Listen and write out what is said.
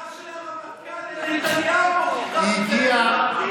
השיחה של הרמטכ"ל לנתניהו מוכיחה שזה רלוונטי.